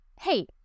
hey